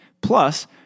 Plus